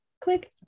Click